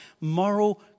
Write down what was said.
moral